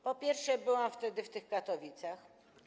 Po pierwsze, byłam wtedy w tych Katowicach.